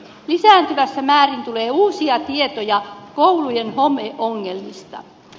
lisääntyvässä määrin tulee uusia tietoja koulujen homeongelmista